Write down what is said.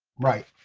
right.